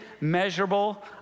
measurable